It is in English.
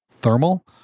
thermal